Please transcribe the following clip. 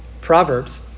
Proverbs